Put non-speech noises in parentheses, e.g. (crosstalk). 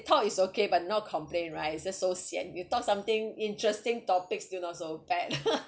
talk it's okay but not complain right tit just so sian you talk something interesting topic still not so bad lah (laughs)